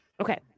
Okay